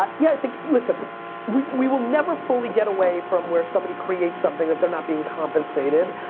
but yeah, i think, listen we we will never fully get away from where somebody creates something that they're not being compensated.